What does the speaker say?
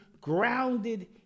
grounded